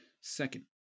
Second